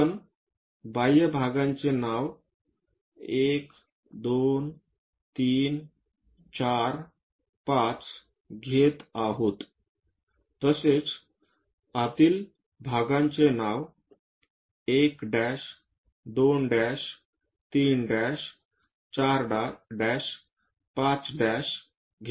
आपण बाह्य भागांचे नाव 1 2 3 4 5 घेत आहेत तसेच आतील भागांचे नाव 1' 2' 3' 4' 5' घेत आहेत